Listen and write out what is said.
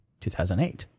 2008